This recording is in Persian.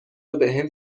وبهم